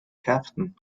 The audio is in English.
captain